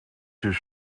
his